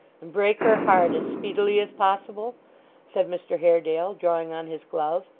and break her heart as speedily as possible said mr haredale, drawing on his glove.